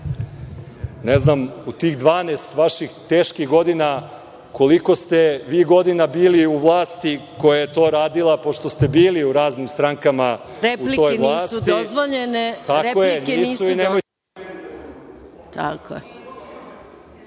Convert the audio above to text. Ne znam u tih 12 vaših teških godina, koliko ste vi godina bili u vlasti koja je to radila, pošto ste bili u raznim strankama u toj vlasti? **Maja Gojković** Replike nisu dozvoljene.(Marko